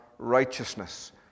righteousness